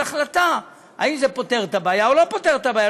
החלטה אם זה פותר את הבעיה או לא פותר את הבעיה.